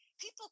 people